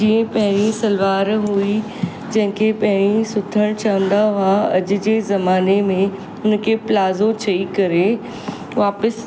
जीअं पहिरीं सलवार हुई जंहिंखे पहिरीं सुथण चवंदा हुआ अॼु जे ज़माने में उनखे प्लाज़ो चई करे वापसि